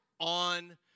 on